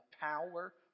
power